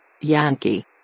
Yankee